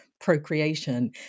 procreation